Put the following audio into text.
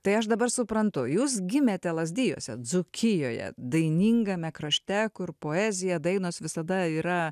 tai aš dabar suprantu jūs gimėte lazdijuose dzūkijoje dainingame krašte kur poezija dainos visada yra